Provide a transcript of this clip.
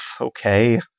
okay